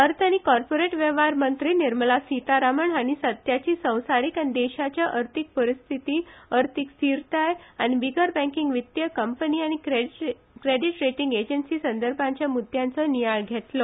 अर्थ आनी कॉर्पोरेट वेव्हार मंत्री निर्मला सीतारामन हांणी सध्याची संवसारीक आनी देशाच्या अर्थीक परिस्थिती अर्थीक स्थिरताय आनी बिगर बँकींग वित्तीय कंपनी आनी क्रॅडीट रेटींग एजन्सी संबंदीच्या मुद्यांचा नियाळ घेतलो